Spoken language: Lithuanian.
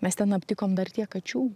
mes ten aptikom dar tiek kačių